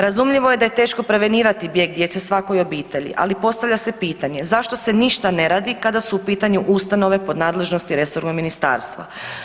Razumljivo je da je teško prevenirati bijeg djece svakoj obitelji, ali postavlja se pitanje zašto se ništa ne radi kada su u pitanju ustanove pod nadležnosti resornog ministarstva.